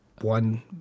One